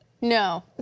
No